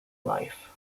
life